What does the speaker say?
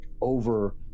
over